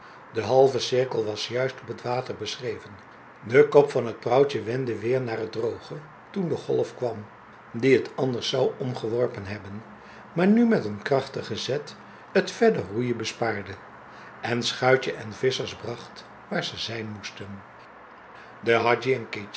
de halve cirkel was juist op het water beschreven de kop van het prauwtje wendde weer naar het droge toen de golf kwam die het anders zou omgeworpen hebben maar nu met een krachtige zet t verder roeien bespaarde en schuitje en vissers bracht waar ze zijn moesten de